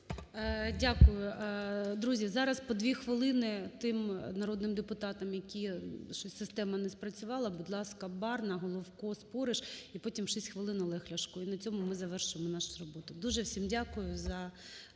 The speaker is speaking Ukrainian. Дякую. Друзі, зараз по 2 хвилини тим народним депутатам, які щось система не спрацювала. Будь ласка, Барна, Головко, Спориш. І потім 6 хвилин Олег Ляшко. І на цьому ми завершимо нашу роботу. Дуже всім дякую за